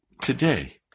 today